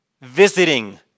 Visiting